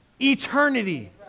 eternity